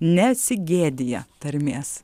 nesigėdija tarmės